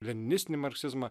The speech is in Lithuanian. leninistinį marksizmą